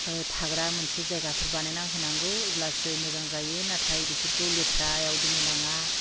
थाग्रा मोनसे जायगाफोर बानायनानै होनांगौ अब्लासो मोजां जायो नाथाय बिसोरखौ लेथ्रायाव दोननो नाङा